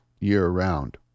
year-round